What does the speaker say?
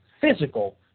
physical